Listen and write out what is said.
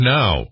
now